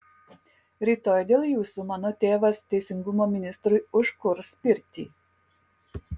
rytoj dėl jūsų mano tėvas teisingumo ministrui užkurs pirtį